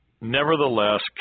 Nevertheless